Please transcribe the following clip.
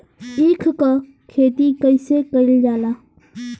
ईख क खेती कइसे कइल जाला?